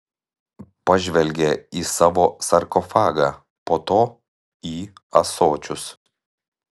pažvelgė į savo sarkofagą po to į ąsočius